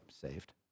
saved